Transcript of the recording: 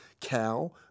cow